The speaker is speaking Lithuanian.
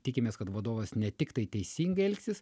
tikimės kad vadovas ne tiktai teisingai elgsis